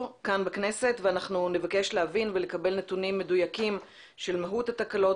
אנחנו נבקש להבין ולקבל נתונים מדויקים של מהות התקלות,